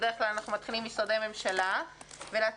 בדרך כלל אנחנו מתחילים עם משרדי הממשלה אבל הפעם אני